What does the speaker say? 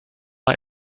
mal